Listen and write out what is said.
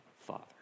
Father